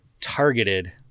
targeted